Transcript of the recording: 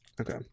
okay